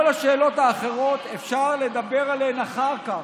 כל השאלות האחרות, אפשר לדבר עליהן אחר כך,